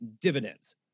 dividends